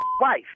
wife